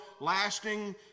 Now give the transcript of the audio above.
lasting